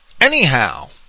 Anyhow